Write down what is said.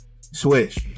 Switch